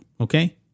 Okay